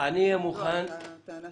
לדעתי כך צריך להיות.